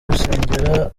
gusengera